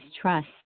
trust